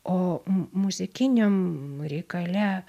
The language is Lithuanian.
o m muzikiniam reikale